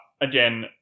again